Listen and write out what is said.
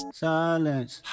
silence